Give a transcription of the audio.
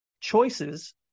choices